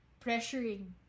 pressuring